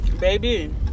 Baby